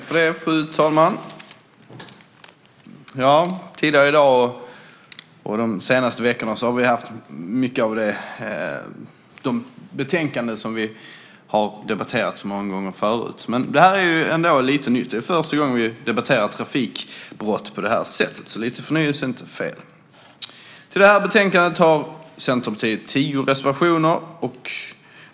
Fru talman! Tidigare i dag och de senaste veckorna har vi haft betänkanden med sådant som vi har debatterat så många gånger förut, men det här är ändå lite nytt. Det är första gången vi debatterar trafikbrott på det här sättet. Lite förnyelse är inte fel. Till det här betänkandet har Centerpartiet tio reservationer.